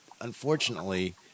unfortunately